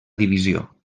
divisió